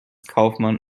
kaufmann